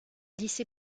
lycée